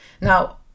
Now